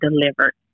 delivered